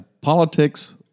Politics